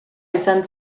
izan